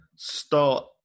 start